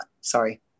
sorry